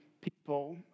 people